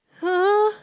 !huh!